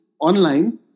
online